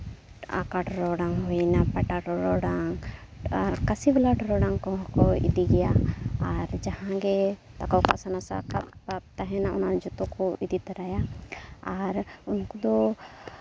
ᱟᱠᱟ ᱴᱚᱨᱚᱰᱟᱝ ᱦᱩᱭᱱᱟ ᱯᱟᱴᱟ ᱴᱚᱨᱚᱰᱟᱝ ᱟᱨ ᱠᱟᱹᱥᱤᱵᱟᱞᱟ ᱴᱚᱨᱚᱰᱟᱝ ᱠᱚᱦᱚᱸ ᱠᱚ ᱤᱫᱤ ᱜᱮᱭᱟ ᱟᱨ ᱡᱟᱦᱟᱸ ᱜᱮ ᱚᱱᱟ ᱡᱚᱛᱚ ᱠᱚ ᱤᱫᱤ ᱛᱟᱨᱟᱭᱟ ᱟᱨ ᱩᱱᱠᱩ ᱫᱚ